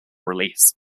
release